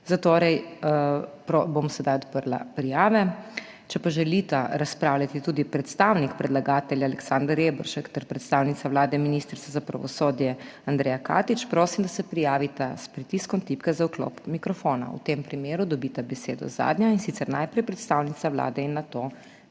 zatorej bom sedaj odprla prijave. Če želita razpravljati tudi predstavnik predlagatelja Aleksander Reberšek ter predstavnica Vlade ministrica za pravosodje Andreja Katič, prosim, da se prijavita s pritiskom tipke za vklop mikrofona. V tem primeru dobita besedo zadnja, in sicer najprej predstavnica Vlade in nato